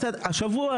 השבוע,